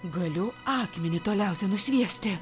galiu akmenį toliausiai nusviesti